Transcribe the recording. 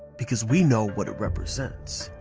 because we know what it represents.